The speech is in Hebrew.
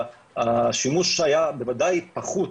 השימוש שהיה בוודאי פחות